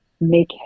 make